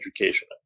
education